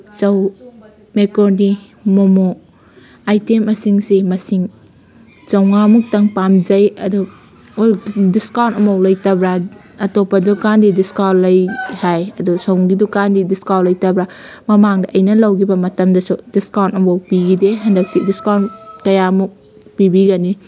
ꯆꯧ ꯃꯦꯀ꯭ꯔꯣꯅꯤ ꯃꯣꯃꯣ ꯑꯥꯏꯇꯦꯝꯁꯤꯡꯁꯤ ꯃꯁꯤꯡ ꯆꯥꯝꯃꯉꯥꯃꯨꯛꯇꯪ ꯄꯥꯝꯖꯩ ꯑꯗꯨ ꯗꯤꯁꯀꯥꯎꯟ ꯑꯝꯐꯥꯎ ꯂꯩꯇꯕ꯭ꯔꯥ ꯑꯇꯣꯞꯄ ꯗꯨꯀꯥꯟꯗꯤ ꯗꯤꯁꯀꯥꯎꯟ ꯂꯩ ꯍꯥꯏ ꯑꯗꯨ ꯁꯣꯝꯒꯤ ꯗꯨꯀꯥꯟꯗꯤ ꯗꯤꯁꯀꯥꯎꯟ ꯂꯩꯇꯕ꯭ꯔꯥ ꯃꯃꯥꯡꯗ ꯑꯩꯅ ꯂꯧꯈꯤꯕ ꯃꯇꯝꯗꯁꯨ ꯗꯤꯁꯀꯥꯎꯟ ꯑꯝꯐꯥꯎ ꯄꯤꯈꯤꯗꯦ ꯍꯟꯗꯛꯇꯤ ꯗꯤꯁꯀꯥꯎꯟ ꯀꯌꯥꯃꯨꯛ ꯄꯤꯕꯤꯒꯅꯤ